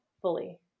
fully